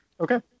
Okay